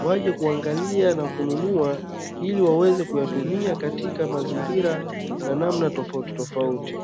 waje kuangalia na kununua ili waweze kuyatumia katika mazingira na namna tofautitofauti.